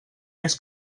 més